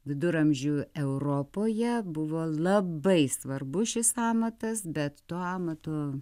viduramžių europoje buvo labai svarbus šis amatas bet to amato